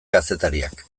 kazetariak